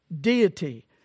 deity